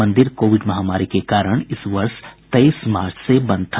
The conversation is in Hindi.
मंदिर कोविड महामारी के कारण इस वर्ष तेईस मार्च से बंद था